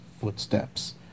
footsteps